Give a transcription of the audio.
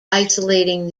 isolating